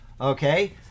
Okay